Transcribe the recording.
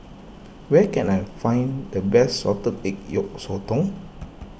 where can I find the best Salted Egg Yolk Sotong